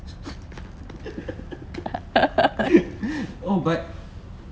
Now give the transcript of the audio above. oh but